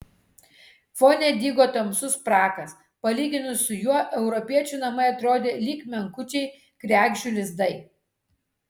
fone dygo tamsus prakas palyginus su juo europiečių namai atrodė lyg menkučiai kregždžių lizdai